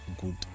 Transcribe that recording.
good